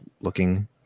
looking